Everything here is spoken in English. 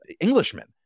Englishmen